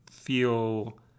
feel